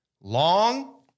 long